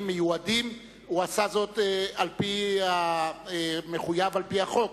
מיועדים הוא עשה זאת על-פי המחויב על-פי חוק.